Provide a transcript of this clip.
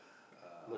uh